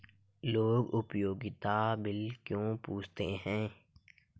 लोग उपयोगिता बिल क्यों पूछते हैं?